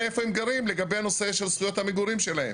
איפה הם גרים לגבי הנושא של זכויות המגורים שלהם.